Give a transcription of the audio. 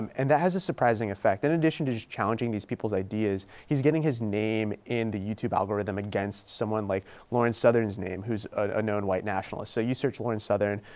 and that has a surprising effect in addition to just challenging these people's ideas he's getting his name in the youtube algorithm against someone like lauren southern's name who's a known white nationalist. so you search lauren southern.